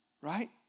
right